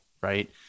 right